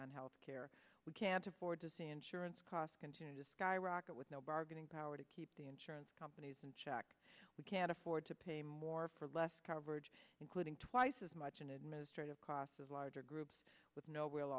on health care we can't afford to see insurance costs continue to skyrocket with no bargaining power to keep the insurance companies in check we can't afford to pay more for less coverage including twice as much an administrative cost as larger groups with no real